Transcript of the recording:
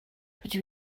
rydw